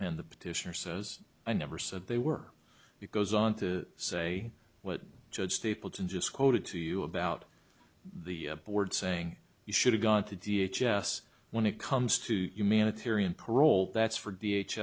and the petitioner says i never said they were you goes on to say what judge stapleton just quoted to you about the board saying you should have gone to d h s when it comes to humanitarian parole that's for d h